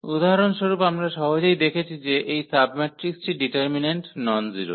উদাহরণস্বরূপ আমরা সহজেই দেখেছি যে এই সাবমেট্রিক্সটির ডিটারমিন্যান্ট ননজিরো